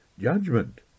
Judgment